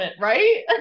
right